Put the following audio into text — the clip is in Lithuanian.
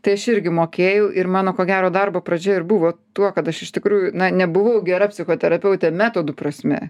tai aš irgi mokėjau ir mano ko gero darbo pradžia ir buvo tuo kad aš iš tikrųjų na nebuvau gera psichoterapeutė metodų prasme